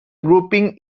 grouping